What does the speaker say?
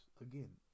again